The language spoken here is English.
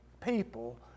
people